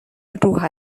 روح